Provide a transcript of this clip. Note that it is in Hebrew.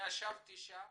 אני ישבתי שם